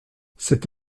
cette